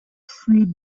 freed